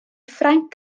ffrainc